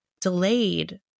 delayed